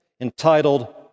entitled